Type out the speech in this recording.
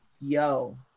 yo